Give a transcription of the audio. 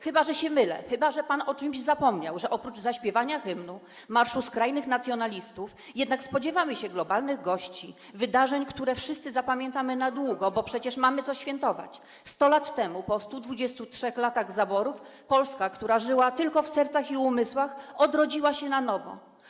Chyba że się mylę, chyba że pan o czymś zapomniał, że oprócz zaśpiewania hymnu i marszu skrajnych nacjonalistów jednak spodziewamy się globalnych gości, wydarzeń, które wszyscy zapamiętamy na długo, bo przecież mamy co świętować - 100 lat temu po 123 latach zaborów Polska, która żyła tylko w sercach i umysłach, odrodziła się na nowo.